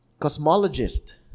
cosmologist